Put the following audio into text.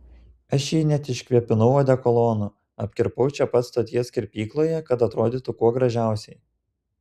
aš jį net iškvėpinau odekolonu apkirpau čia pat stoties kirpykloje kad atrodytų kuo gražiausiai